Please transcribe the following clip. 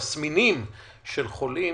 בתסמינים של חולים,